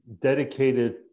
dedicated